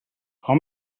how